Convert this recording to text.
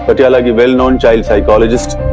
but yeah like and well-known child psychologist.